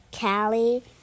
Callie